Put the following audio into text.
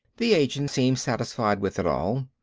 the agent seemed satisfied with it all.